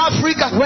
Africa